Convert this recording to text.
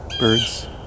birds